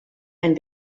ein